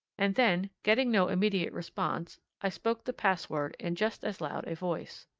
and then, getting no immediate response, i spoke the password in just as loud a voice.